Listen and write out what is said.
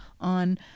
on